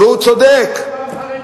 והוא צודק, עוד פעם חרדים?